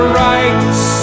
rights